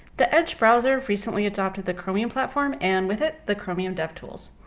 the edge browser recently adopted the chromium platform and with it, the chromium devtools.